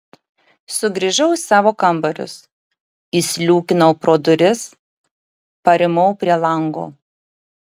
sugrįžau į savo kambarius įsliūkinau pro duris parimau prie lango